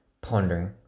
pondering